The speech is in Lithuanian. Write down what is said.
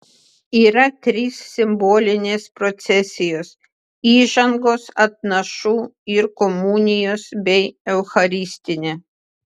yra trys simbolinės procesijos įžangos atnašų ir komunijos bei eucharistinė